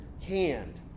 hand